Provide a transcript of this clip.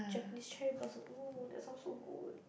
Japanses cherry blosson !woo! that sounds so good